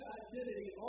identity